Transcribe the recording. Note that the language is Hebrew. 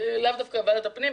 ולאו דווקא בעיות הפנים,